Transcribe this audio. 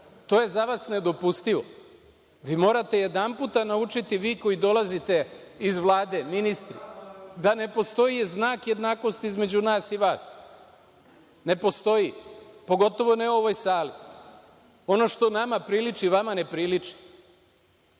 To je za vas nedopustivo. Vi morate jedanput naučiti, vi koji dolazite iz Vlade, ministri, da ne postoji znak jednakosti između vas i nas. Ne postoji, pogotovo ne u ovoj sali. Ono što nama priliči vama ne priliči.